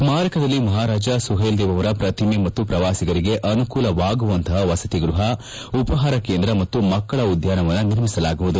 ಸ್ನಾರಕದಲ್ಲಿ ಮಹಾರಾಜ ಸುಹೇಲ್ದೇವ್ ಅವರ ಪ್ರತಿಮೆ ಮತ್ತು ಪ್ರವಾಸಿಗರಿಗೆ ಅನುಕೂಲವಾಗುವಂತಹ ವಸತಿ ಗೃಹ ಉಪಹಾರ ಕೇಂದ್ರ ಮತ್ತು ಮಕ್ಕಳ ಉದ್ಯಾನ ನಿರ್ಮಿಸಲಾಗುವುದು